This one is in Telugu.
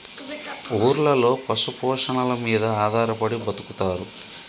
ఊర్లలో పశు పోషణల మీద ఆధారపడి బతుకుతారు